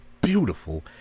beautiful